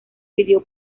video